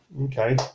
okay